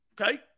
Okay